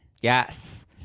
Yes